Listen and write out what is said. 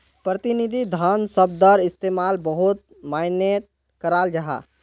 प्रतिनिधि धन शब्दर इस्तेमाल बहुत माय्नेट कराल जाहा